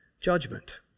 judgment